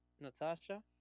Natasha